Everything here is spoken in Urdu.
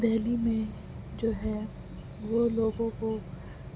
دہلی میں جو ہے وہ لوگوں کو